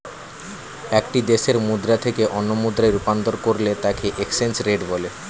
একটি দেশের মুদ্রা থেকে অন্য মুদ্রায় রূপান্তর করলে তাকেএক্সচেঞ্জ রেট বলে